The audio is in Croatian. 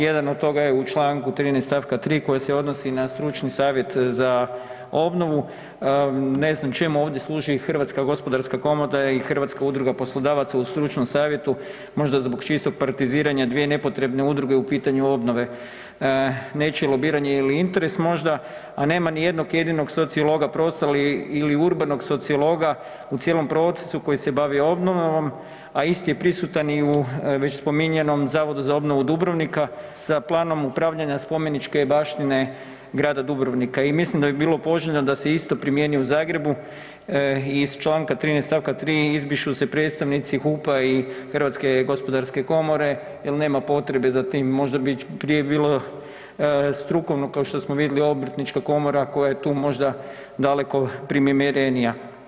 Jedan od toga je u čl. 13. stavka 3. koji se odnosi na stručni savjet za obnovu, ne znam čemu ovdje služi Hrvatska gospodarska komora i Hrvatska udruga poslodavaca u stručnom savjetu, možda zbog čistog ... dvije nepotrebne udruge u pitanju obnove, nečije lobiranje ili interes možda a nema ni jednog jedinog sociologa,... ili urbanog sociologa u cijelom procesu koji se bavi obnovom a isti je prisutan i u već spominjanom Zavodu za obnovu Dubrovnika sa planom upravljanja spomeničke baštine grada Dubrovnika i mislim da bi bilo poželjno da se isto primijeni u Zagrebu i iz čl. 13. stavka 3. izbrišu se predstavnici HUP-a i HGK-a jer nema potreba potrebe za tim, možda prije bilo strukovno kao što smo vidjeli, Obrtnička komora koja je tu možda daleko primjerenija.